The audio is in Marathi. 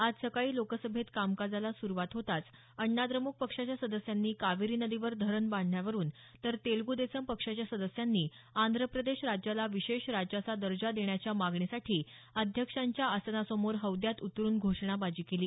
आज सकाळी लोकसभेत कामकाजाला सुरुवात होताच अण्णा द्रमुक पक्षाच्या सदस्यांनी कावेरी नदीवर धरण बांधण्यावरुन तर तेलगू देसम पक्षाच्या सदस्यांनी आंध्र प्रदेश राज्याला विशेष राज्याचा दर्जा देण्याच्या मागणीसाठी अध्यक्षांच्या आसनासमोर हौद्यात उतरुन घोषणाबाजी केली